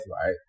right